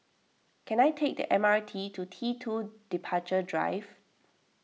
can I take the M R T to T two Departure Drive